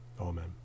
Amen